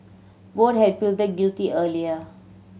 both had pleaded guilty earlier